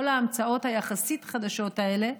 כל ההמצאות החדשות-יחסית האלה,